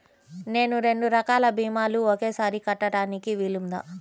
నేను రెండు రకాల భీమాలు ఒకేసారి కట్టడానికి వీలుందా?